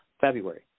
February